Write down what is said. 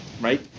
right